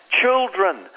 Children